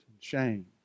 shame